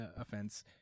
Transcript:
offense